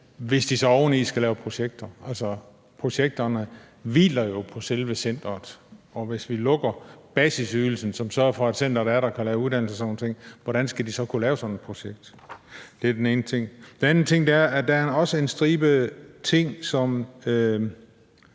hvis de så oveni skal lave projekter. Projekterne hviler jo på selve centeret, og hvis vi fjerner basisydelsen, som sørger for, at centeret er der og kan lave uddannelser og sådan nogle ting, hvordan skal de så kunne lave sådan et projekt? Det er den ene ting. Den anden ting er, at der også er en stribe ting, som